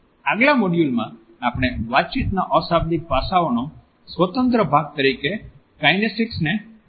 આગલા મોડ્યુલમાં આપણે વાતચીતના અશાબ્દિક પાસાઓના સ્વતંત્ર ભાગ તરીકે કાઈનેસિક્સ ને જોશું